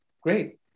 great